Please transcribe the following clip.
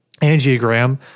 angiogram